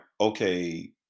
okay